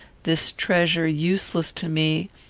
this treasure useless to me,